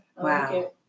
Wow